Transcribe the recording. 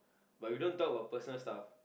but we don't talk about personal stuff